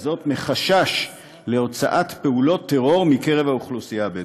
וזאת מחשש להוצאת פעולות טרור מקרב האוכלוסייה הבדואית.